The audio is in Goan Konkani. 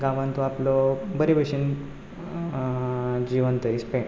गांवांत तूं आपलो बरे भशीन जिवन थंय स्पेन्ड